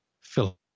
Philip